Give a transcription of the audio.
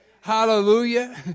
Hallelujah